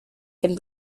can